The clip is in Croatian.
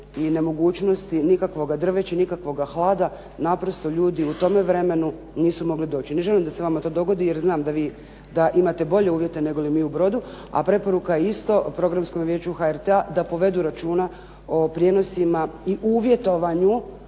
i mogućnosti nikakvoga drveća i nikakvoga hlada, naprosto ljudi u tome vremenu nisu mogli doći. Ne želim da se to vama dogodi, jer znam da imate boje uvjete nego mi u Brodu, a preporuka isto Programskom vijeću HRT-a da povedu računa o prijenosima i uvjetovanju